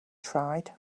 tried